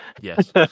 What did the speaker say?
Yes